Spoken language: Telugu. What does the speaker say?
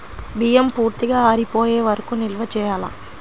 బియ్యం పూర్తిగా ఆరిపోయే వరకు నిల్వ చేయాలా?